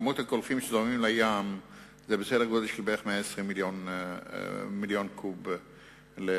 כמות הקולחין שזורמים לים היא בסדר גודל של כ-120 מיליון קוב לשנה,